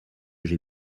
j’ai